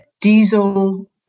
diesel